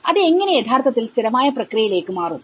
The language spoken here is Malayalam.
അത് എങ്ങനെ യഥാർത്ഥത്തിൽ സ്ഥിരമായ പ്രക്രിയയിലേക്ക് മാറും